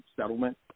settlement